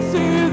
See